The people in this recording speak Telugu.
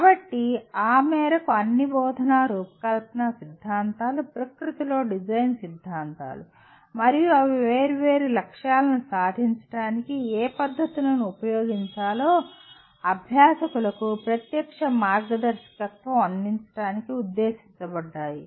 కాబట్టి ఆ మేరకు అన్ని బోధనా రూపకల్పన సిద్ధాంతాలు ప్రకృతిలో డిజైన్ సిద్ధాంతాలు మరియు అవి వేర్వేరు లక్ష్యాలను సాధించడానికి ఏ పద్ధతులను ఉపయోగించాలో అభ్యాసకులకు ప్రత్యక్ష మార్గదర్శకత్వం అందించడానికి ఉద్దేశించబడ్డాయి